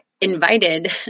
invited